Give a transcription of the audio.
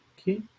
okay